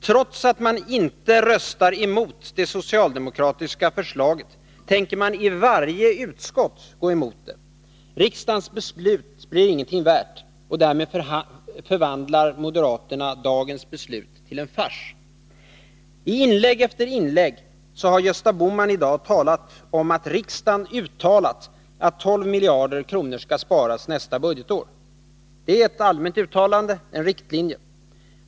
Trots att man inte röstar emot det socialdemokratiska förslaget tänker man i varje utskott gå emot det. Riksdagens beslut blir ingenting värt. Därmed förvandlar moderaterna dagens beslut till en fars. I inlägg efter inlägg har Gösta Bonman i dag talat om att riksdagen uttalat att 12 miljarder kronor skall sparas nästa budgetår. Det är ett allmänt uttalande, en riktlinje.